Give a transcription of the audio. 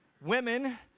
Women